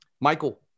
Michael